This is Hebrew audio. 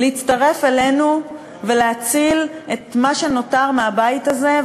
להצטרף אלינו ולהציל את מה שנותר מהבית הזה,